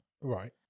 Right